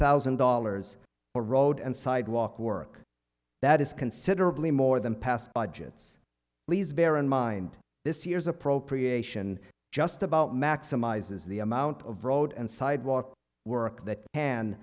thousand dollars for road and sidewalk work that is considerably more than past budgets please bear in mind this year's appropriation just about maximizes the amount of road and sidewalk work